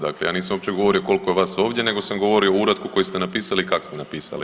Dakle, ja nisam uopće govorio koliko je vas ovdje nego sam govorio o uratku koji ste napisali i kak ste napisali.